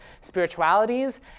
spiritualities